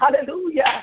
hallelujah